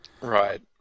Right